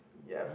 yup